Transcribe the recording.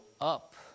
up